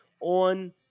on